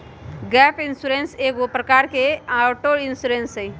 gap insurance एगो प्रकार के ऑटो इंश्योरेंस हइ